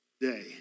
day